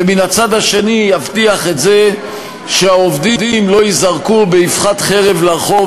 ומן הצד השני יבטיח שהעובדים לא ייזרקו באבחת חרב לרחוב,